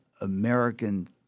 American